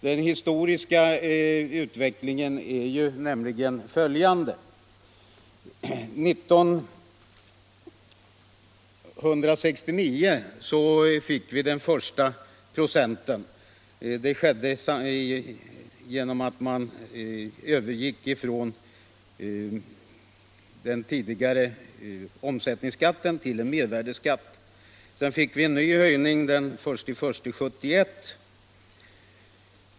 Den historiska utvecklingen är nämligen följande: 1969 fick vi den första procenten. Det skedde då vi övergick från den tidigare omsättningsskatten till en mervärdeskatt. Sedan fick vi en ny höjning den 1 januari 1971.